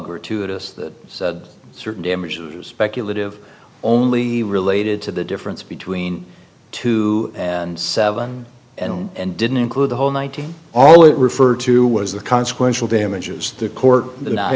gratuitous that said certain damages speculative only related to the difference between two and seven and didn't include the whole nineteen all it referred to was the consequential damages the court th